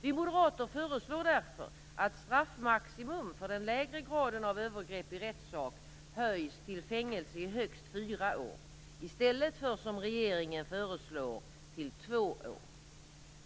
Vi moderater föreslår därför att straffmaximum för den lägre graden av övergrepp i rättssak höjs till fängelse i högst fyra år i stället för, som regeringen föreslår, två år.